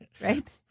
right